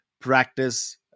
practice